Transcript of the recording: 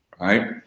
right